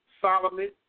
Solomon